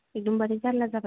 एकदमबारे जाल्ला जाबाय